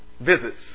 visits